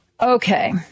Okay